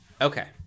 Okay